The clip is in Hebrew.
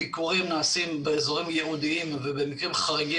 הביקורים נעשים באזורים ייעודיים ובמקרים חריגים